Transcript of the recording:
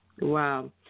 Wow